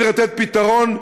צריך לתת פתרון,